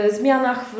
zmianach